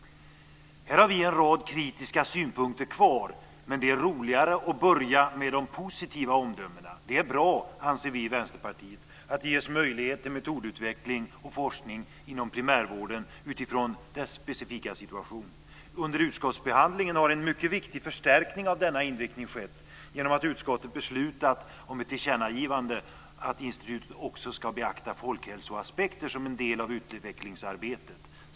Här har vi en rad kritiska synpunkter kvar, men det är roligare att börja med de positiva omdömena. Vi i Vänsterpartiet anser att det är bra att det ges möjlighet till metodutveckling och forskning inom primärvården utifrån dess specifika situation. Under utskottsbehandlingen har en mycket viktig förstärkning av denna inriktning skett genom att utskottet beslutat om ett tillkännagivande av att institutet också ska beakta folkhälsoaspekter som en del av utvecklingsarbetet.